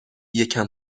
یکم